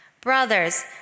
brothers